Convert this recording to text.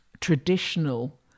traditional